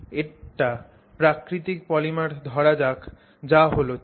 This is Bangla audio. একটা প্রাকৃতিক পলিমার ধরা যাক যা হল চিনি